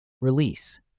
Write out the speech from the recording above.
Release